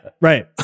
Right